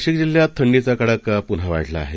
नाशिकजिल्ह्यातथंडीचाकडाकापुन्हावाढलाआहे